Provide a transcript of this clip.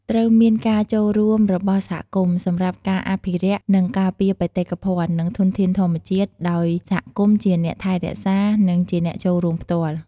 ត្រូវមានការចូលរួមរបស់សហគមន៍ សម្រាប់ការអភិរក្ស និងការពារបេតិកភណ្ឌ និងធនធានធម្មជាតិ ដោយសហគមន៍ជាអ្នកថែរក្សា និងជាអ្នកចូលរួមផ្ទាល់។